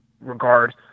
regard